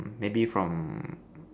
maybe from